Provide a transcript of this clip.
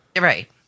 Right